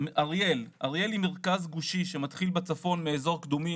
אריאל אריאל היא מרכז גושי שמתחיל בצפון מאזור קדומים,